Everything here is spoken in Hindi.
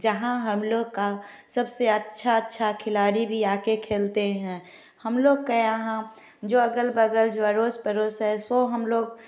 जहाँ हम लोग का सबसे अच्छा अच्छा खिलाड़ी भी आके खेलते है हम लोग के यहाँ जो अगल बगल जो अड़ोस पड़ोस है सो हम लोग